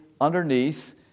underneath